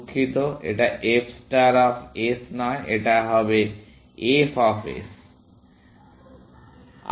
দুঃখিত এটা f star of s নয় এটা হবে f অফ s